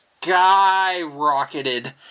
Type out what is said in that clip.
skyrocketed